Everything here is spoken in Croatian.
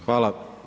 Hvala.